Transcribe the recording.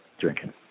drinking